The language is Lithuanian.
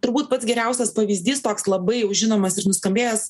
turbūt pats geriausias pavyzdys toks labai jau žinomas ir nuskambėjęs